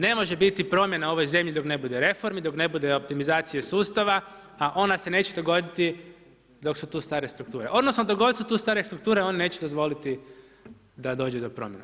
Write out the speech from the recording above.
Ne može biti promjena u ovoj zemlji dok ne bude reformi, dok ne bude optimizacija sustava a ona se neće dogoditi dok su tu stare strukture odnosno dok god su tu stare strukture, one neće dozvoliti da dođe do promjena.